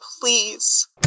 please